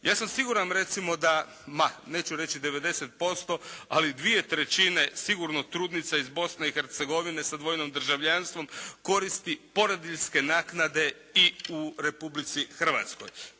Ja sam siguran recimo da ma neću reći 90% ali 2/3 sigurno trudnica iz Bosne i Hercegovine sa dvojnim državljanstvom koristi porodiljske naknade i u Republici Hrvatskoj.